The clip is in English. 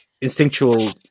instinctual